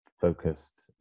focused